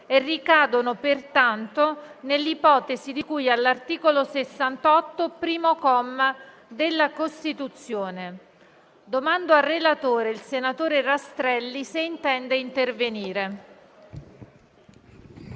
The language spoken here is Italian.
e ricadono pertanto nell'ipotesi di cui all'articolo 68, primo comma, della Costituzione. Chiedo al relatore, senatore Bazoli, se intende intervenire.